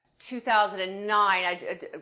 2009